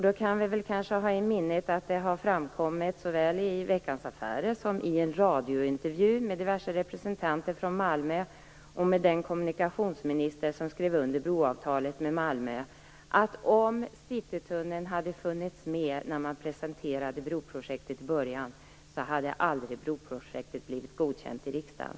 Då kan vi kanske ha i minnet att det i såväl Veckans Affärer som i en radiointervju med diverse representanter från Malmö och med den kommunikationsminister som skrev under broavtalet med Malmö har framkommit att om Citytunneln hade funnits med när broprojektet presenterades i början, hade aldrig broprojektet blivit godkänt i riksdagen.